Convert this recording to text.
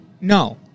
No